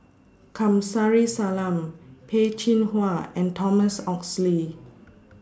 Kamsari Salam Peh Chin Hua and Thomas Oxley